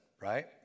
right